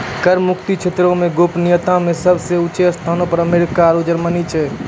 कर मुक्त क्षेत्रो मे गोपनीयता मे सभ से ऊंचो स्थानो पे अमेरिका आरु जर्मनी छै